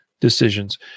decisions